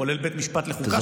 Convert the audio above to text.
כולל בית משפט לחוקה,